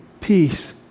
peace